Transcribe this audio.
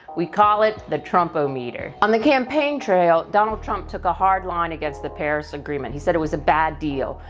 we call it the trump-o-meter. on the campaign trail, donald trump took a hard line against the paris agreement, he said it was a bad deal.